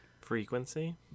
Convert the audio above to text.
frequency